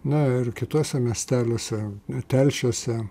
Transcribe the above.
na ir kituose miesteliuose telšiuose